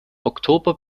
oktober